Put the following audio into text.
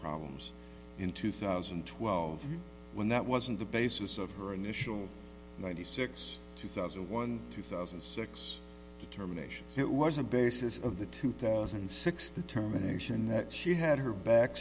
problems in two thousand and twelve when that wasn't the basis of her initial ninety six two thousand and one two thousand and six terminations it was a basis of the two thousand and six determination that she had her back